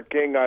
King